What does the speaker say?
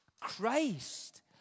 Christ